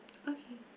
okay